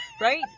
Right